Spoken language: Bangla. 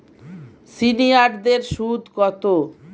সিনিয়ারদের সুদ কত?